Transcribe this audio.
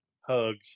Hugs